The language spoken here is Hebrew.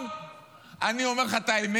כמו שהבנתי